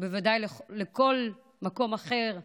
ובוודאי לכל מקום אחר.